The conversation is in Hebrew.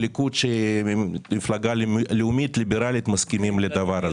שהיא מפלגה לאומית ליברלית, מסכימים לדבר הזה.